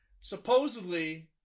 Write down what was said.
Supposedly